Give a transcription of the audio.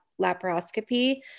laparoscopy